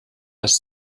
als